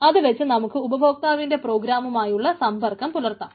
അത് വെച്ച് നമുക്ക് ഉപഭോക്താവിന്റെ പ്രോഗ്രാമുമായി സമ്പർക്കം പുലർത്താം